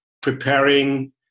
preparing